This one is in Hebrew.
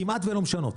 כמעט לא משנות.